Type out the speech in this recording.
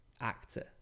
actor